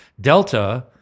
Delta